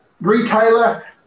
retailer